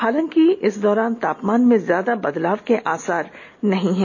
हालांकि इस दौरान तापमान में ज्यादा के बदलाव के आसार नहीं हैं